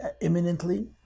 imminently